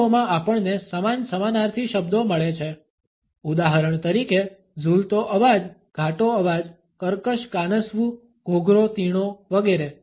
ભાષાઓમાં આપણને સમાન સમાનાર્થી શબ્દો મળે છે ઉદાહરણ તરીકે ઝૂલતો અવાજ ઘાટો અવાજ કર્કશ કાનસવું ઘોઘરો તીણો વગેરે